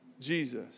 Jesus